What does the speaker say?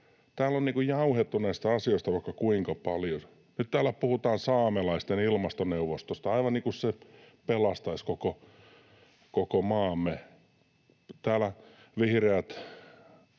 Täällä on jauhettu näistä asioista vaikka kuinka paljon. Nyt täällä puhutaan saamelaisten ilmastoneuvostosta, aivan niin kuin se pelastaisi koko maamme. Täällä vihreät